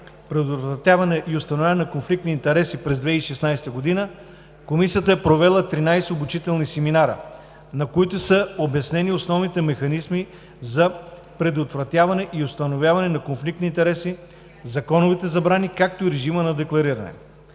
предотвратяване и установяване на конфликт на интереси през 2016 г. Комисията е провела 13 обучителни семинара, на които са обяснени основните механизми за предотвратяване и установяване на конфликт на интереси, законовите забрани както и режима на деклариране.